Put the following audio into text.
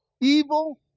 evil